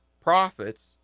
profits